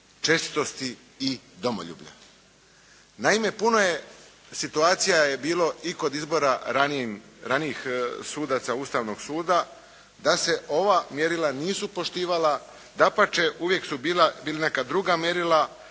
čestitosti i domoljublja. Naime puno situacija je bilo i kod izbora ranijih sudaca Ustavnog suda, a se ova mjerila nisu poštivala. Dapače uvijek su bila neka druga mjerila,